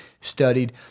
studied